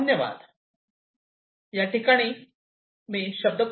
धन्यवाद